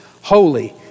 holy